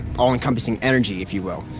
all-encompassing energy if you will.